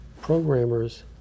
programmers